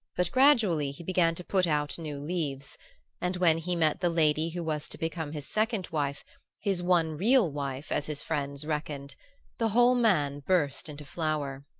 but gradually he began to put out new leaves and when he met the lady who was to become his second wife his one real wife, as his friends reckoned the whole man burst into flower.